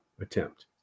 attempt